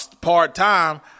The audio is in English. part-time